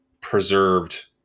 preserved